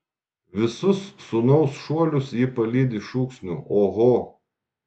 visus sūnaus šuolius ji palydi šūksniu oho